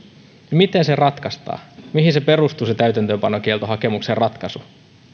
miten se ratkaistaan mihin se täytäntöönpanokieltohakemuksen ratkaisu perustuu